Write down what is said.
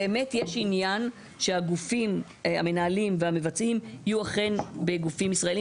באמת יש עניין שהגופים המנהלים והמבצעים יהיו אכן בגופים ישראליים